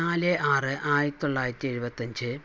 നാല് ആറ് ആയിരത്തി തൊള്ളായിരത്തി എഴുപത്തഞ്ച്